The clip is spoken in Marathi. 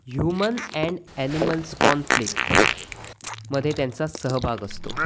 ह्युमन अँड ॲनिमल्स कॉनफ्लिक्टमध्ये त्यांचा सहभाग असतो